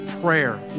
prayer